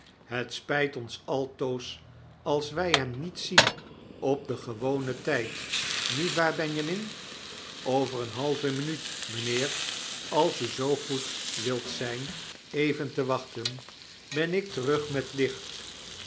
het spijt ons altoos als wy hem niet zien op den gewonen tigd niet waar benjamin over eene halve minuut mijnheer als u zoo goed wilt zgn even te wachten ben ik terug met licht